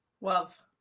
Love